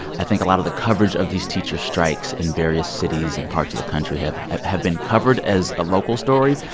i think a lot of the coverage of these teachers strikes in various cities and parts of the country have have been covered as a local story.